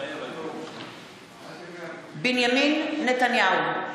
מתחייב אני בנימין נתניהו,